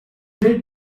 great